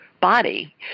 body